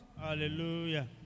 Hallelujah